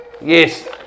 Yes